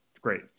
Great